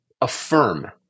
affirm